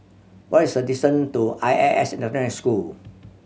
what is the distance to I S S International School